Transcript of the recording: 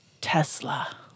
Tesla